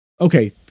Okay